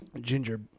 Ginger